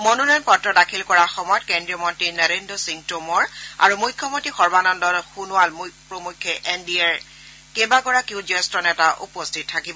মনোনয়ন পত্ৰ দাখিল কৰাৰ সময়ত কেন্দ্ৰীয় মন্ত্ৰী নৰেন্দ্ৰ সিং টোমৰ আৰু মুখ্যমন্ত্ৰী সৰ্বানন্দ সোণোৱাল প্ৰমুখ্যে এনডিএৰ কেইবাগৰাকীও জ্যেষ্ঠ নেতা উপস্থিত থাকিব